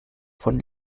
von